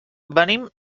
venim